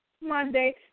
Monday